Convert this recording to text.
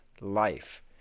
life